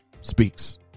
speaks